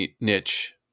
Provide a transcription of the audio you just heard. niche